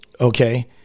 okay